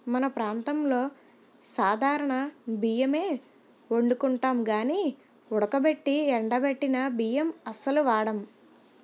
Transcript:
మన ప్రాంతంలో సాధారణ బియ్యమే ఒండుకుంటాం గానీ ఉడకబెట్టి ఎండబెట్టిన బియ్యం అస్సలు వాడం